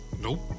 Nope